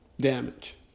damage